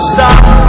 Stop